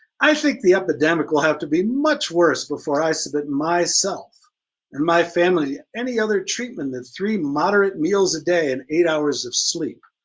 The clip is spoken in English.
i think the epidemic will have to be much worse before i submit myself and my family any other treatment that three moderate meals a day and eight hours of sleep.